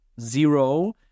zero